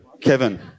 Kevin